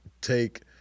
take